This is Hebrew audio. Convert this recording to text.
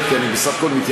אתה לא יכול עכשיו,